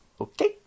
Okay